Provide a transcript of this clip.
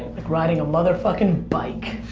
like riding a mother fucking bike.